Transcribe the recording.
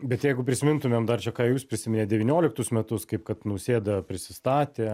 bet jeigu prisimintumėm dar čia ką jūs prisiminėt devynioliktus metus kaip kad nausėda prisistatė